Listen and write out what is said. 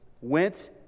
went